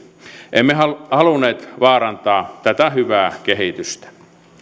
emme halunneet vaarantaa tätä hyvää kehitystä